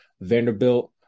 Vanderbilt